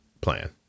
plan